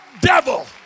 devil